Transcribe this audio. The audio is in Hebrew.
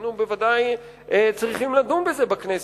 היינו בוודאי צריכים לדון בזה בכנסת,